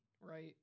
right